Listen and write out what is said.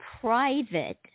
private